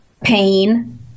pain